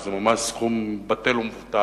שזה ממש סכום בטל ומבוטל.